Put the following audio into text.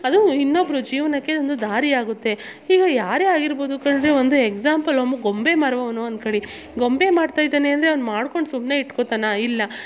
ಅದು ಇನ್ನೊಬ್ರ ಜೀವನಕ್ಕೆ ಒಂದು ದಾರಿ ಆಗುತ್ತೆ ಈಗ ಯಾರೇ ಆಗಿರ್ಬೋದು ಕಣ್ರಿ ಒಂದು ಎಕ್ಸಾಂಪಲ್ ಓಮು ಗೊಂಬೆ ಮಾರುವವನು ಅನ್ಕೊಳಿ ಗೊಂಬೆ ಮಾಡ್ತಾ ಇದ್ದಾನೆ ಅಂದರೆ ಅವ್ನು ಮಾಡ್ಕೊಂಡು ಸುಮ್ಮನೆ ಇಟ್ಕೊತಾನ ಇಲ್ಲ